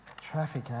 Traffic